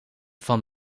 van